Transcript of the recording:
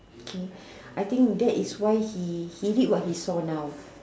okay I think that is why he he did what he saw now